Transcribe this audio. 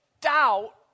doubt